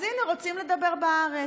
אז הינה, רוצים לדבר בארץ.